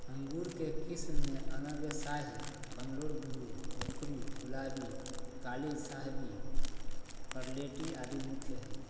अंगूर के किस्म मे अनब ए शाही, बंगलोर ब्लू, भोकरी, गुलाबी, काली शाहवी, परलेटी आदि मुख्य हई